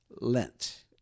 Lent